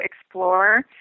explore